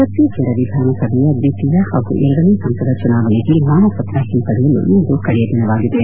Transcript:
ಛತ್ತೀಸಗಢ ವಿಧಾನಸಭೆಯ ದ್ವಿತೀಯ ಹಾಗೂ ಎರಡನೇ ಹಂತದ ಚುನಾವಣೆಗೆ ನಾಮಪತ್ರ ಹಿಂಪಡೆಯಲು ಇಂದು ಕಡೆಯ ದಿನವಾಗಿದೆ